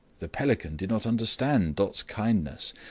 the pelican did not understand dot's kindness,